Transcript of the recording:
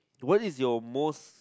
what is your most